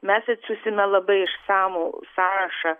mes atsiųsime labai išsamų sąrašą